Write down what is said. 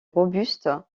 robuste